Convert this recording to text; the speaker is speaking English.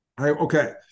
Okay